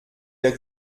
der